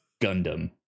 Gundam